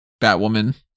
Batwoman